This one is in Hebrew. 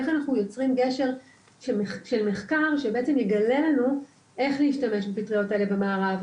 איך אנחנו יוצרים גשר של מחקר שיגלה לנו איך להשתמש בפטריות האלה במערב,